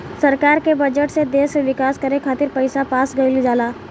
सरकार के बजट से देश के विकास करे खातिर पईसा पास कईल जाला